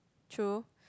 true